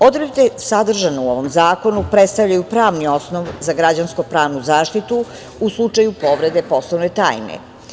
Odredbe sadržane u ovom zakonu predstavljaju pravni osnov za građansko-pravnu zaštitu u slučaju povrede poslovne tajne.